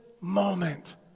moment